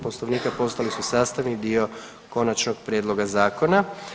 Poslovnika postali su sastavni dio konačnog prijedloga zakona.